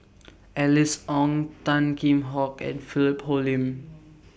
Alice Ong Tan Kheam Hock and Philip Hoalim